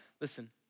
Listen